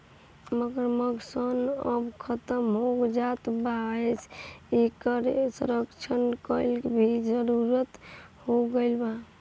मगरमच्छ सन अब खतम होएल जात बा एसे इकर संरक्षण कईला के भी जरुरत हो गईल बा